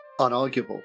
unarguable